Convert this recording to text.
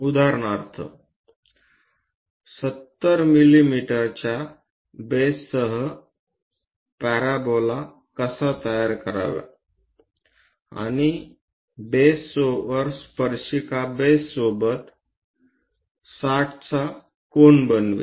उदाहरणार्थ 70 मिलिमीटरच्या बेससह पॅराबोला कसे तयार करावे आणि बेसवर स्पर्शिका बेससोबत 60 चा कोन बनवेल